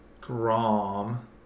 grom